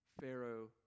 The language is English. Pharaoh